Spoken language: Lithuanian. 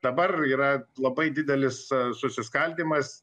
dabar yra labai didelis susiskaldymas